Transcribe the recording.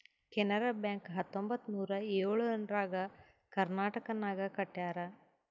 Canara bank ಹತ್ತೊಂಬತ್ತ್ ನೂರಾ ಎಳುರ್ನಾಗ್ ಕರ್ನಾಟಕನಾಗ್ ಕಟ್ಯಾರ್